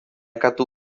katu